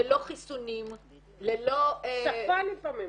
ללא חיסונים --- גם שפה לפעמים.